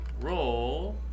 roll